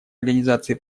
организации